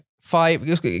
Five